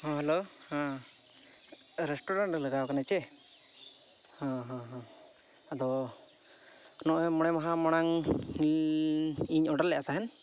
ᱦᱚᱸ ᱦᱮᱞᱳ ᱦᱮᱸ ᱨᱮᱥᱴᱩᱨᱮᱱᱴ ᱨᱮ ᱞᱟᱜᱟᱣ ᱠᱟᱱᱟ ᱪᱮ ᱦᱚᱸ ᱦᱚᱸ ᱟᱫᱚ ᱱᱚᱜᱼᱚᱭ ᱢᱚᱬᱮ ᱢᱟᱦᱟ ᱢᱟᱲᱟᱝ ᱤᱧ ᱚᱰᱟᱨ ᱞᱮᱫ ᱛᱟᱦᱮᱱ